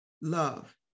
love